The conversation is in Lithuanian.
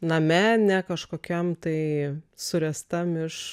name ne kažkokiam tai suręstam iš